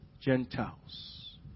Gentiles